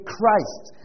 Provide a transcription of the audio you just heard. Christ